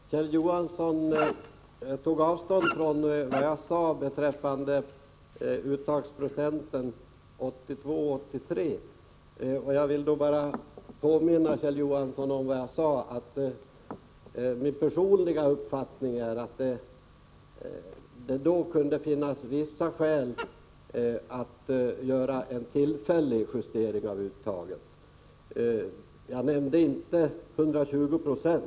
Fru talman! Kjell Johansson tog avstånd från vad jag sade beträffande uttagsprocenten 1982/83. Jag vill bara påminna Kjell Johansson om vad jag sade. Min personliga uppfattning är att det då kunde finnas vissa skäl att göra en tillfällig justering av uttaget. Jag nämnde inte 120 96.